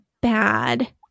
bad